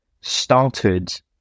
started